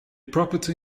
property